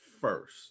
first